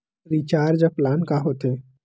Recharge plan का होथे?